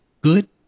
good